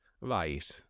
Right